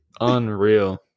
unreal